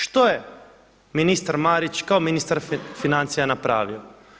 Što je ministar Marić kao ministar financija napravio?